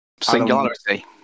Singularity